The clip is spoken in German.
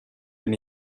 bin